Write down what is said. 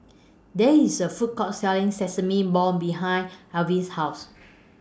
There IS A Food Court Selling Sesame Balls behind Alvy's House